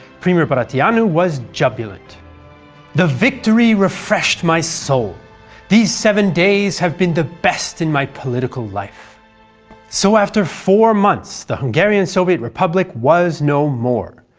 premier bratianu was jubilant the victory refreshed my soul these seven days have been the best in my political life. segue so after four months, the hungarian soviet republic was no more,